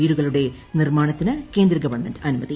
വീടുകളുടെ നിർമാണത്തിന് കേന്ദ്ര ഗവൺമെന്റ് അനുമതി